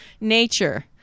nature